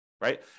right